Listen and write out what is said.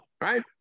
Right